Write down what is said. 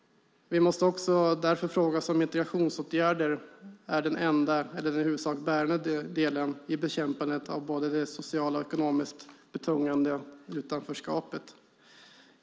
Vi måste fråga oss om integrationsåtgärder är den enda, eller den i huvudsak bärande, delen i bekämpandet av det både socialt och ekonomiskt betungande utanförskapet.